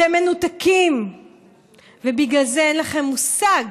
אתם מנותקים ובגלל זה אין לכם מושג